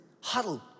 huddle